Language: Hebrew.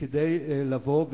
כדי לבוא.